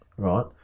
Right